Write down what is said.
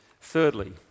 Thirdly